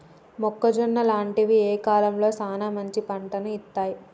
మొక్కజొన్న లాంటివి ఏ కాలంలో సానా మంచి పంటను ఇత్తయ్?